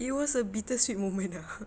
it was a bittersweet moment ah